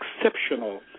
exceptional